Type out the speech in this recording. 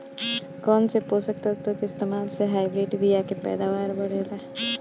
कौन से पोषक तत्व के इस्तेमाल से हाइब्रिड बीया के पैदावार बढ़ेला?